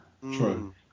True